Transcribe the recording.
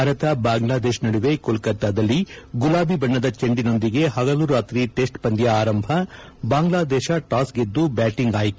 ಭಾರತ ಬಾಂಗ್ಲಾದೇಶ್ ನಡುವೆ ಕೊಲ್ಕ ತ್ತಾದಲ್ಲಿ ಗುಲಾಬಿ ಬಣ್ಣದ ಚೆಂಡಿನೊಂದಿಗೆ ಹಗಲು ರಾತ್ರಿ ಟೆಸ್ಟ್ ಪಂದ್ಯ ಆರಂಭ ಬಾಂಗ್ನಾದೇಶ ಟಾಸ್ ಗೆದ್ದು ಬ್ಯಾಟಿಂಗ್ ಆಯ್ನೆ